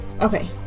Okay